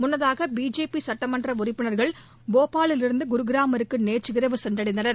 முன்னதாக பிஜேபி சட்டப்பேரவை உறுப்பினர்கள் போபாலிலிருந்து குர்கிராமிற்கு நேற்று இரவு சென்றடைந்தனர்